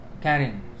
carrying